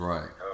Right